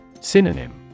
Synonym